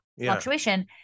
fluctuation